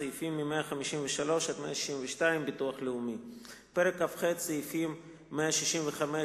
153 162 (ביטוח לאומי); פרק כ"ח, סעיפים 165(7)